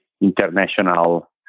international